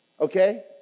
okay